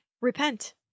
Repent